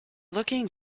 looking